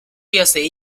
yasayı